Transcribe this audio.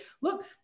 look